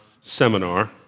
seminar